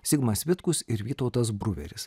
zigmas vitkus ir vytautas bruveris